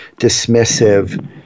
dismissive